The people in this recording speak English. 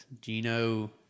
Gino